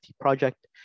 project